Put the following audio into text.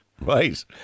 right